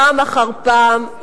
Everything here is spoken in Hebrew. פעם אחר פעם,